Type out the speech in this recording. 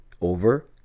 over